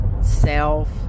self